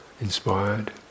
inspired